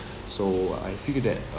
so I figure that